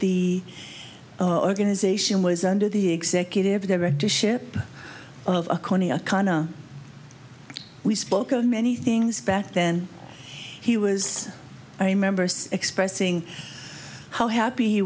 when the organization was under the executive director ship of qana we spoke of many things back then he was i remember so expressing how happy he